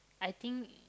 I think